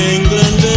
England